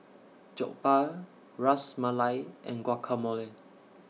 Jokbal Ras Malai and Guacamole